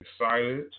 excited